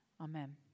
Amen